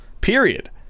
Period